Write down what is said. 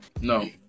No